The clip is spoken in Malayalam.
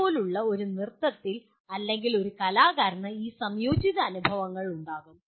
അതുപോലുള്ള ഒരു നൃത്തത്തിൽ അല്ലെങ്കിൽ ഒരു കലാകാരന് ഈ സംയോജിത അനുഭവങ്ങൾ ഉണ്ടാകും